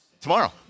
Tomorrow